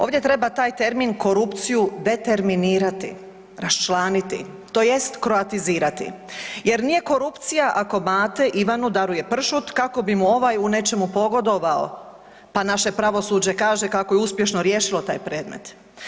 Ovdje treba taj termin korupciju determinirati, raščlaniti tj. kroatizirati jer nije korupcija Mate Ivanu daruje pršut kako bi mu ovaj u nečemu pogodovao pa naše pravosuđe kaže kako je uspješno riješilo taj predmet.